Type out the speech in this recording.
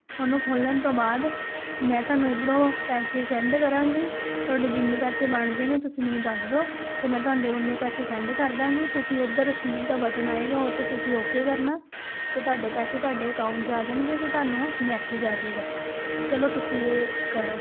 ਉਹਨੂੰ ਖੋਲ੍ਹਣ ਤੋਂ ਬਾਅਦ ਮੈਂ ਤੁਹਾਨੂੰ ਇੱਧਰੋਂ ਪੈਸੇ ਸੈਂਡ ਕਰਾਂਗੀ ਤੁਹਾਡੇ ਜਿੰਨੇ ਪੈਸੇ ਬਣਦੇ ਨੇ ਤੁਸੀਂ ਮੈਨੂੰ ਦੱਸਦੋ ਅਤੇ ਮੈਂ ਤੁਹਾਡੇ ਉਨੇ ਪੈਸੇ ਸੈਂਡ ਕਰ ਦਾਂਗੀ ਤੁਸੀਂ ਉੱਧਰ ਰਿਸੀਵ ਦਾ ਬਟਨ ਆਏਗਾ ਉਹ 'ਤੇ ਤੁਸੀਂ ਓਕੇ ਕਰਨਾ ਅਤੇ ਤੁਹਾਡੇ ਪੈਸੇ ਤੁਹਾਡੇ ਅਕਾਊਂਟ 'ਚ ਆ ਜਾਣਗੇ ਅਤੇ ਤੁਹਾਨੂੰ ਮੈਸੇਜ ਆ ਜਾਏਗਾ ਚਲੋ ਤੁਸੀਂ ਇਹ ਕਰੋ